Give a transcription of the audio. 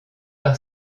par